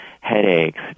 headaches